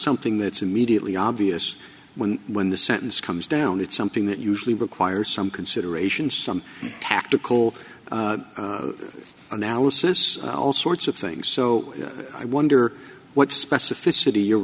something that's immediately obvious when when the sentence comes down it's something that usually requires some consideration some tactical analysis all sorts of things so i wonder what specificity you're